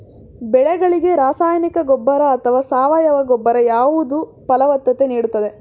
ಬೆಳೆಗಳಿಗೆ ರಾಸಾಯನಿಕ ಗೊಬ್ಬರ ಅಥವಾ ಸಾವಯವ ಗೊಬ್ಬರ ಯಾವುದು ಫಲವತ್ತತೆ ನೀಡುತ್ತದೆ?